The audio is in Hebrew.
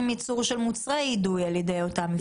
ייצור של מוצרי אידוי על ידי אותם מפעלים.